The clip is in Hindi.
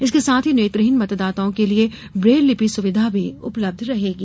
इसके साथ ही नेत्रहीन मतदाताओं के लिये ब्रेललिपि सुविधा भी उपलब्ध रहेगी